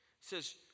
says